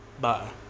Bye